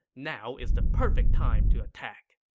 now is the perfect time to attack.